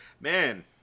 man